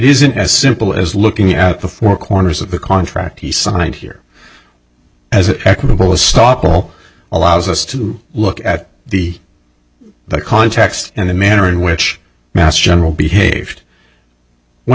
isn't as simple as looking at the four corners of the contract he signed here as an equitable stock will allows us to look at the context in the manner in which mass general behaved when